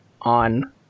on